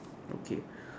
okay